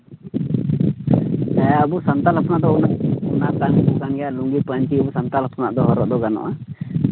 ᱦᱮᱸ ᱟᱵᱚ ᱥᱟᱱᱛᱟᱲ ᱦᱚᱯᱚᱱᱟᱜ ᱫᱚ ᱚᱱᱟ ᱚᱱᱟ ᱯᱟᱹᱧᱪᱤ ᱠᱟᱱ ᱜᱮᱭᱟ ᱞᱩᱝᱜᱤ ᱯᱟᱹᱧᱪᱤ ᱟᱵᱚ ᱥᱟᱱᱛᱟᱲ ᱦᱚᱯᱚᱱᱟᱜ ᱦᱚᱨᱚᱜ ᱫᱚ ᱜᱟᱱᱚᱜᱼᱟ